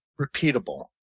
repeatable